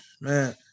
man